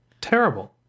terrible